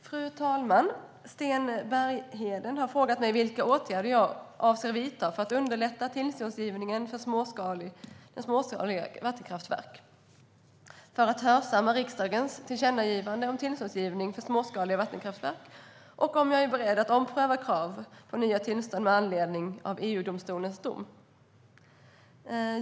Fru talman! Sten Bergheden har frågat mig vilka åtgärder jag avser att vidta för att underlätta tillståndsgivningen för småskaliga vattenkraftverk, för att hörsamma riksdagens tillkännagivande om tillståndsgivning för småskaliga vattenkraftverk och om jag är beredd att ompröva krav på nya tillstånd med anledning av EU-domstolens dom.